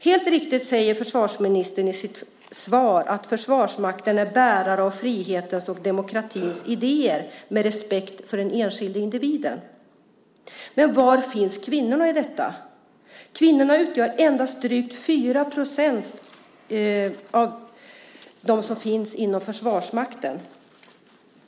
Helt riktigt säger försvarsministern i sitt svar att Försvarsmakten är bärare av frihetens och demokratins idéer med respekt för den enskilde individen. Men var finns kvinnorna i detta? Kvinnorna utgör endast drygt 4 % av dem som finns inom Försvarsmakten.